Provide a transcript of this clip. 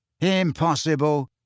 Impossible